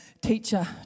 teacher